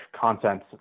content